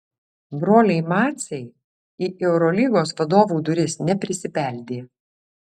broliai maciai į eurolygos vadovų duris neprisibeldė